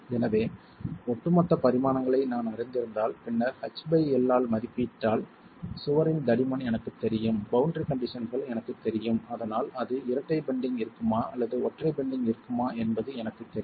எனவே ஒட்டுமொத்த பரிமாணங்களை நான் அறிந்திருந்தால் பின்னர் h பை l ஆல் மதிப்பிட்டால் சுவரின் தடிமன் எனக்குத் தெரியும் பௌண்டரி கண்டிஷன்கள் எனக்குத் தெரியும் அதனால் அது இரட்டை பெண்டிங் இருக்குமா அல்லது ஒற்றை பெண்டிங் இருக்குமா என்பது எனக்குத் தெரியும்